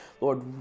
Lord